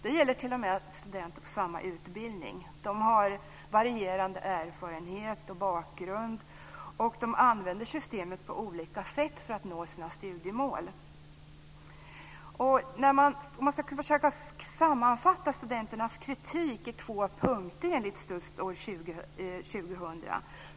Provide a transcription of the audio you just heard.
Det gäller t.o.m. studenter på samma utbildning. De har varierande erfarenheter och bakgrund, och de använder systemet på olika sätt för att nå sina studiemål. Jag kan göra ett försök till sammanfattning av studenternas kritik i två punkter enligt STUDS 2000.